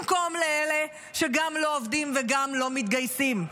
במקום לאלה שגם לא עובדים וגם לא מתגייסים.